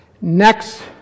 Next